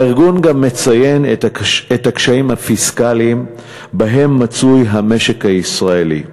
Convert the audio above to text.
הארגון גם מציין את הקשיים הפיסקליים שבהם מצוי המשק הישראלי.